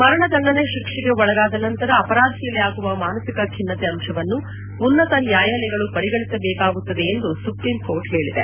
ಮರಣದಂಡನೆ ಶಿಕ್ಷೆಗೆ ಒಳಗಾದ ನಂತರ ಅಪರಾಧಿಯಲ್ಲಿ ಆಗುವ ಮಾನಸಿಕ ಖಿನ್ನತೆ ಅಂಶವನ್ನು ಉನ್ನತ ನ್ಯಾಯಾಲಯಗಳು ಪರಿಗಣಿಸಬೇಕಾಗುತ್ತದೆ ಎಂದು ಸುಪ್ರೀಂ ಕೋರ್ಟ್ ಹೇಳಿದೆ